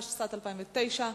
התשס"ט 2009,